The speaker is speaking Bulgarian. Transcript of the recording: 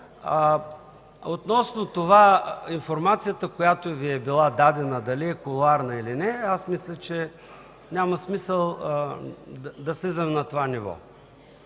Относно информацията, която Ви е била дадена – дали е кулоарна, или не – мисля, че няма смисъл да слизам на това ниво.